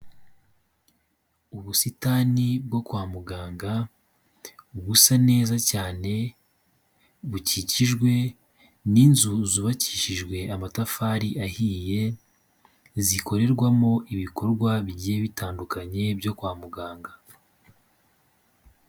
Ubusitani bwo kwa muganga busa neza cyane bukikijwe n'inzu zubakishijwe amatafari ahiye zikorerwamo ibikorwa bigiye bitandukanye byo kwa muganga.